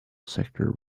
sector